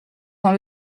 dans